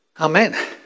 Amen